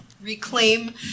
Reclaim